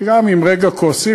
גם אם רגע כועסים,